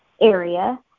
area